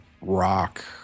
rock